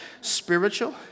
spiritual